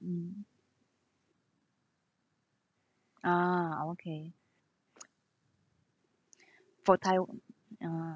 mm ah okay for taiwa~ ah